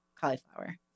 cauliflower